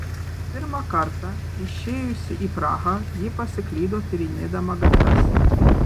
pirmą kartą išėjusi į prahą ji pasiklydo tyrinėdama gatves